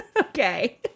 Okay